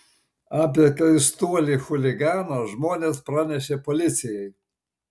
apie keistuolį chuliganą žmonės pranešė policijai